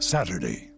Saturday